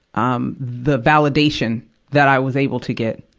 um, the validation that i was able to get.